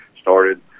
started